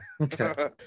okay